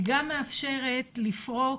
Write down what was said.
היא גם מאפשרת לפרוק,